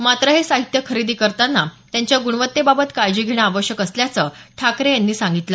मात्र हे साहित्य खरेदी करताना त्यांच्या गुणवत्तेबाबत काळजी घेणं आवश्यक असल्याचं ठाकरे यांनी सांगितलं